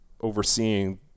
overseeing